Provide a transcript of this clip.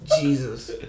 Jesus